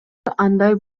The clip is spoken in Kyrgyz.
андай